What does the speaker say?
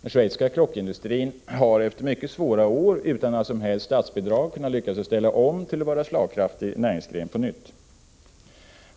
Den schweiziska klockindustrin har efter mycket svåra år utan några som helst statsbidrag lyckats genomföra en omställning, så att den på nytt blivit en slagkraftig näringsgren.